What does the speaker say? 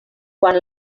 quan